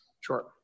Sure